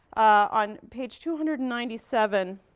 on page two hundred and ninety seven,